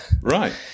Right